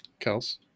Kels